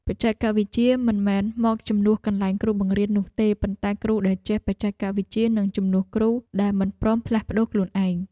បច្ចេកវិទ្យាមិនមែនមកជំនួសកន្លែងគ្រូបង្រៀននោះទេប៉ុន្តែគ្រូដែលចេះបច្ចេកវិទ្យានឹងជំនួសគ្រូដែលមិនព្រមផ្លាស់ប្តូរខ្លួនឯង។